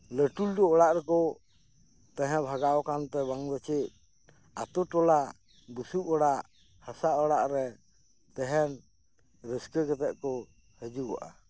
ᱞᱟᱹᱴᱩ ᱞᱟᱹᱴᱩ ᱚᱲᱟᱜ ᱨᱮᱠᱚ ᱛᱟᱦᱮᱸ ᱵᱷᱟᱜᱟᱣ ᱠᱟᱱᱛᱮ ᱵᱟᱝ ᱫᱚ ᱪᱮᱫ ᱟᱛᱳ ᱴᱚᱞᱟ ᱵᱩᱥᱩᱵ ᱚᱲᱟᱜ ᱦᱟᱥᱟ ᱚᱲᱟᱜ ᱨᱮ ᱛᱟᱦᱮᱱ ᱨᱟᱹᱥᱠᱟᱹ ᱠᱟᱛᱮᱫ ᱠᱚ ᱦᱤᱡᱩᱜᱚᱜᱼᱟ